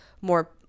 more